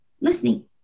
listening